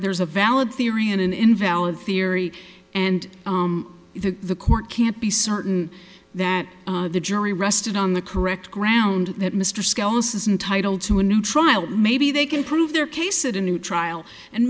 there's a valid theory and an invalid theory and if the court can't be certain that the jury rested on the correct ground that mr schell says entitle to a new trial maybe they can prove their case at a new trial and